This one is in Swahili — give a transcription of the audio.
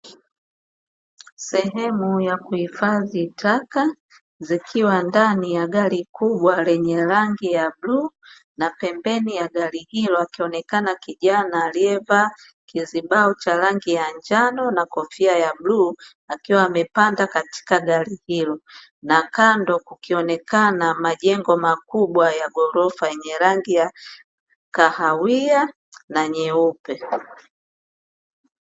Sehemu ya kuhifadhi taka zikiwa ndani ya gari kubwa lenye rangi ya bluu, na pembeni ya gari hilo akionekana kijana aliyevaa kizibao cha rangi ya njano na kofia ya bluu akiwa amepanda katika gari hilo, na kando kukionekana majengo makubwa ya ghorofa yenye rangi ya kahawia na nyeupe.